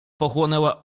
pochłonęła